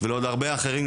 ולעוד הרבה אחרים.